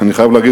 אני חייב להגיד,